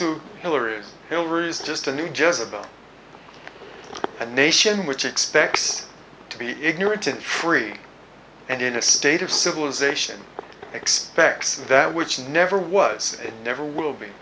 about hillary hillary is just a new just about a nation which expects to be ignorant and free and in a state of civilization expects that which never was it never will be